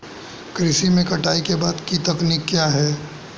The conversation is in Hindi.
कृषि में कटाई के बाद की तकनीक क्या है?